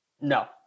no